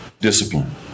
Discipline